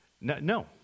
No